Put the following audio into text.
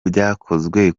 byakozwe